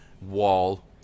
wall